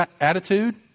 attitude